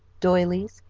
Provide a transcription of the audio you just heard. doilies,